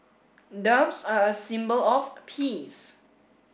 doves are a symbol of peace